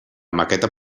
maqueta